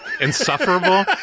insufferable